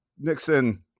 Nixon